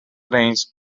rains